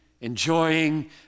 enjoying